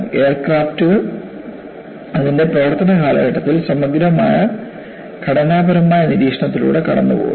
എയർക്രാഫ്റ്റുകൾ അതിന്റെ പ്രവർത്തന കാലഘട്ടത്തിൽ സമഗ്രമായ ഘടനാപരമായ നിരീക്ഷണത്തിലൂടെ കടന്നുപോകുന്നു